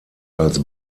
als